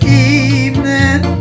evening